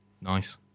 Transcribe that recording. Nice